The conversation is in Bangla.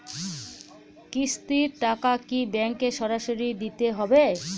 কিস্তির টাকা কি ব্যাঙ্কে সরাসরি দিতে হবে?